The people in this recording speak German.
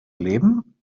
leben